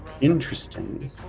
interesting